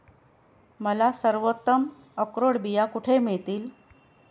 मला सर्वोत्तम अक्रोड बिया कुठे मिळतील